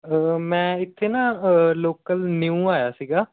ਮੈਂ ਇੱਥੇ ਨਾ ਲੋਕਲ ਨਿਊ ਆਇਆ ਸੀਗਾ